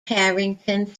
harrington